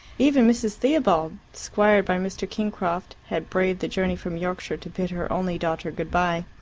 even mrs. theobald, squired by mr. kingcroft, had braved the journey from yorkshire to bid her only daughter good-bye.